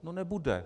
No nebude.